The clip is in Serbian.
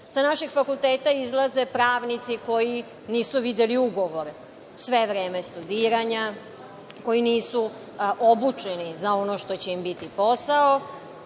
Sa naših fakulteta izlaze pravnici koji nisu videli ugovore sve vreme studiranja, koji nisu obučeni za ono što će im biti posao.